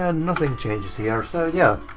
and nothing changes here, so yeah.